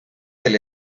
del